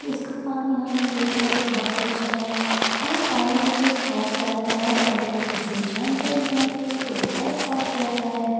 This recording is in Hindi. उसका पानी हमें पानी मिल जाए तो बहुत अच्छा है हाँ पानी बिल्कुल साफ़ रहता है और हम लोग उसे छान कर भी बानते हैं तो वो और साफ़ रहता है